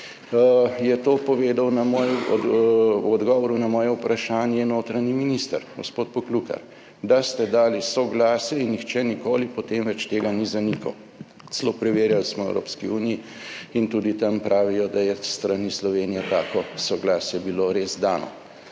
je to povedal v odgovoru na moje vprašanje notranji minister gospod Poklukar, da ste dali soglasje, in nihče nikoli potem več tega ni zanikal. Celo preverjali smo v Evropski uniji in tudi tam pravijo, da je s strani Slovenije tako soglasje bilo res dano.